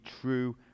true